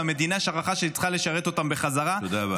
והמדינה שכחה שהיא צריכה אותם בחזרה -- תודה רבה.